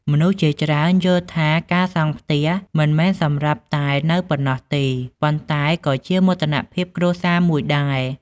មនុស្សជាច្រើនយល់ថា ការសង់ផ្ទះមិនមែនសម្រាប់តែនៅប៉ុណ្ណោះទេ ប៉ុន្តែក៏ជាមោទនភាពគ្រួសារមួយដែរ។